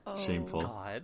Shameful